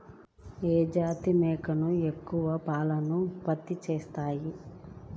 ఏ జాతి మేకలు ఎక్కువ పాలను ఉత్పత్తి చేస్తాయి?